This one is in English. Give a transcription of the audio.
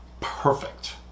perfect